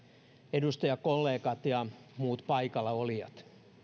edustajakollegat ja muut paikallaolijat